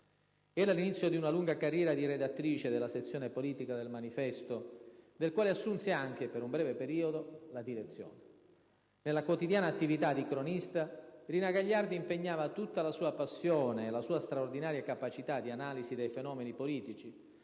Era l'inizio di una lunga carriera di redattrice della sezione politica de «il manifesto», del quale assunse anche, per un breve periodo, la direzione. Nella quotidiana attività di cronista Rina Gagliardi impegnava tutta la sua passione e la sua straordinaria capacità di analisi dei fenomeni politici,